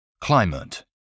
Climate